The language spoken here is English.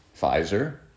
Pfizer